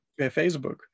facebook